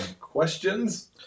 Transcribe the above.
questions